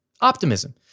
Optimism